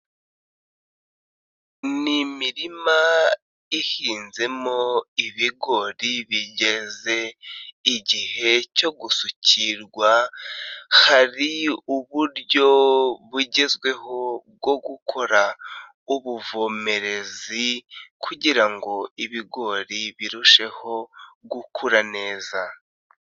Ni imirima ihinzemo ibigori bigeze igihe cyo gusukirwa, hari uburyo bugezweho bwo gukora ubuvomerezi kugira ngo ibigori birusheho gukura neza.